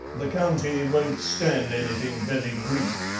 the county won't stand anything very greek.